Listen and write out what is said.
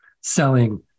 selling